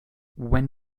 when